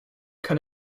can